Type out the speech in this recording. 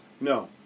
No